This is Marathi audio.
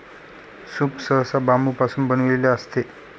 सूप सहसा बांबूपासून बनविलेले असते